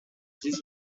this